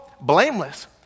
blameless